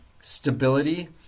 stability